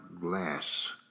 glass